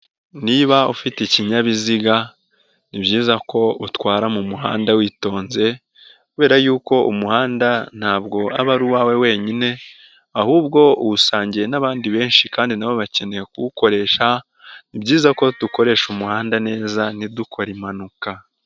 Niba ufite ikinyabiziga, ni byiza ko utwara mu muhanda witonze, kubera yuko umuhanda ntabwo aba ari uwawe wenyine, ahubwo uwusangiye n'abandi benshi kandi nabo bakeneye kuwukoresha, ni byiza ko dukoresha umuhanda neza ntidukore impanuka.